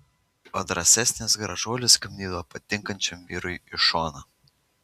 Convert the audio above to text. o drąsesnės gražuolės gnybdavo patinkančiam vyrui į šoną